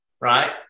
right